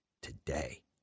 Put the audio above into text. Today